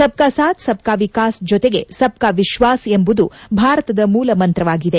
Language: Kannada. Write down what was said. ಸಬ್ ಕಾ ಸಾಥ್ ಸಬ್ ಕಾ ವಿಕಾಸ್ ಜತೆಗೆ ಸಬ್ ಕಾ ವಿಶ್ವಾಸ್ ಎಂಬುದು ಭಾರತದ ಮೂಲಮಂತ್ರವಾಗಿದೆ